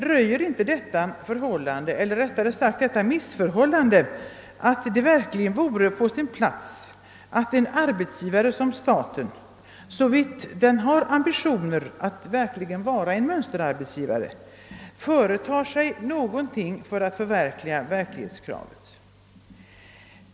Röjer inte detta missförhållande att det verkligen vore på sin plats att en arbetsgivare som staten, såvitt den har ambitioner att vara en mönsterarbetsgivare, företar sig någonting för att förverkliga kraven?